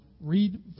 read